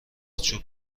چوب